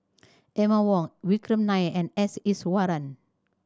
Emma Wong Vikram Nair and S Iswaran